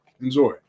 Enjoy